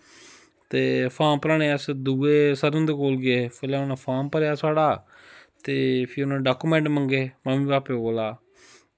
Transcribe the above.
ते फार्म भराने अस दुए सर हुंदे कोल गे पैह्लैं उनें फार्म भरेआ साढ़ा ते फ्ही उनें डाकुमैंट मंगे मम्मी भापे कोला